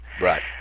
Right